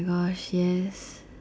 !gosh! yes